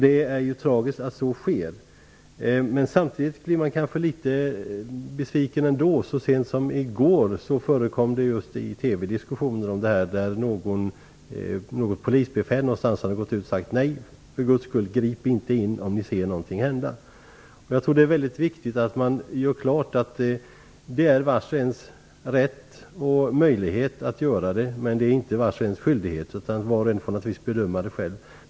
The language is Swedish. Det är tragiskt att sådana händelser sker. Samtidigt blir jag ändå litet besviken. Så sent som i går förekom det diskussioner om just detta i TV. Ett polisbefäl någonstans hade gått ut och sagt: Grip för guds skull inte in om ni ser något hända! Jag tror att det är väldigt viktigt att man gör klart att det är vars och ens rättighet och möjlighet att gripa in, men det är inte vars och ens skyldighet. Man får naturligtvis bedöma det själv.